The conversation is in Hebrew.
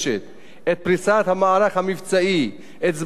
את זמני ההגעה הנדרשים לאירוע כבאות והצלה